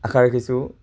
আশা ৰাখিছোঁ